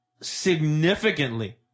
significantly